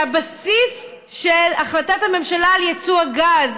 שהבסיס של החלטת הממשלה על יצוא הגז